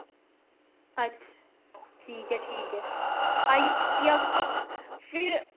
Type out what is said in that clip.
अच्छा ठीक ऐ ठीक ऐ आई जाह्गा फिर